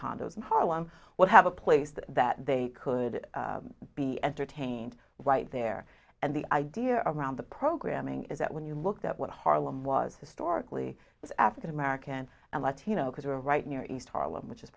condos in harlem would have a place that they could be entertained right there and the idea of around the programming is that when you looked at what harlem was historically african american and latino kids were right near east harlem which is